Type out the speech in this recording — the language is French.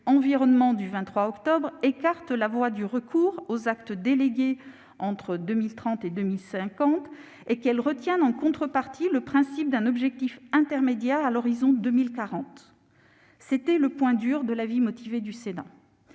Environnement » du 23 octobre, écarte la voie du recours aux actes délégués entre 2030 et 2050 et retienne en contrepartie le principe d'un objectif intermédiaire à l'horizon de 2040. Tel était le point dur de l'avis motivé du Sénat.